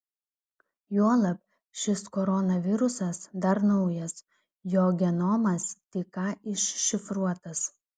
juolab šis koronavirusas dar naujas jo genomas tik ką iššifruotas